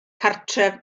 cartref